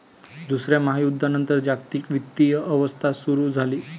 दुसऱ्या महायुद्धानंतर जागतिक वित्तीय व्यवस्था सुरू झाली